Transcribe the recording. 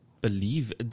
believe